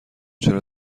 چرا